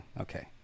okay